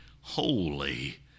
holy